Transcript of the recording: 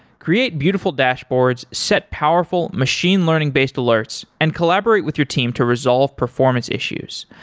create beautiful dashboards, set powerful machine learning-based alerts and collaborate with your team to resolve performance issues.